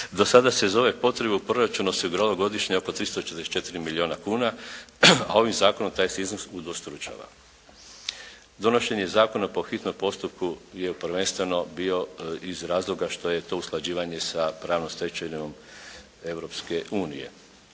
Do sada se za ove potrebe u proračunu osiguravalo godišnje oko 344 milijuna kuna a ovim zakonom taj se iznos udvostručava. Donošenje zakona po hitnom postupku je prvenstveno bio iz razloga što je to usklađivanje sa pravnom stečevinom Europske unije.